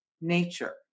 nature